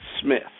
Smith